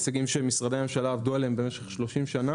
אלה הישגים שמשרדי ממשלה עבדו עליהם במשך 30 שנה